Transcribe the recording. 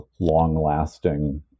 long-lasting